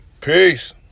Peace